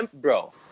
Bro